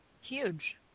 Huge